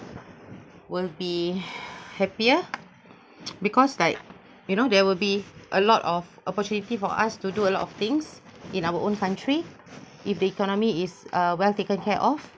will be happier because like you know there will be a lot of opportunity for us to do a lot of things in our own country if the economy is uh well taken care of